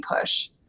push